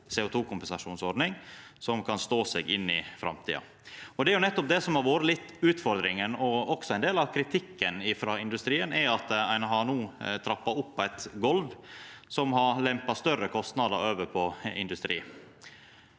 CO2-kompensasjonsordning som kan stå seg inn i framtida. Det er nettopp det som har vore litt av utfordringa, og også ein del av kritikken frå industrien, at ein no har trappa opp og har lempa større kostnader over på industrien.